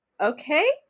Okay